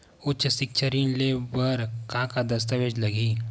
उच्च सिक्छा ऋण ले बर का का दस्तावेज लगही?